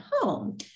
home